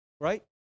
right